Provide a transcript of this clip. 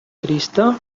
trista